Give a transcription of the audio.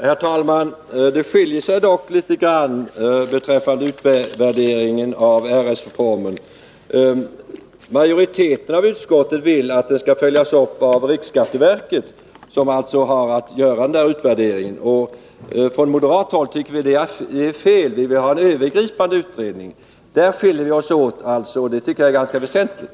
Herr talman! Uppfattningarna skiljer sig dock litet grand beträffande utvärderingen av RS-reformen. Majoriteten av utskottet vill att den skall följas upp av riksskatteverket, som har att göra denna utvärdering. Från moderat håll tycker vi att det är fel. Vi vill ha en övergripande utredning. I detta avseende skiljer vi oss åt, och det tycker jag är ganska väsentligt.